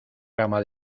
gama